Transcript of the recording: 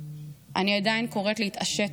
אני עדיין קוראת להתעשת,